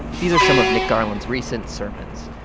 these are some of nick garland's recent sermons.